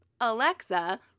Alexa